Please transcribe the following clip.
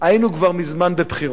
היינו כבר מזמן בבחירות.